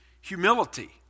humility